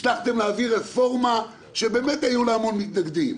הצלחתם להעביר רפורמה שהיו לה המון מתנגדים,